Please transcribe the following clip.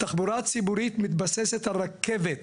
תחבורה ציבורית מתבססת על רכבת,